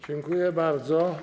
Dziękuję bardzo.